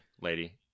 lady